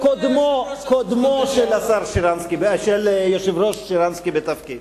קודמו של היושב-ראש שרנסקי בתפקיד.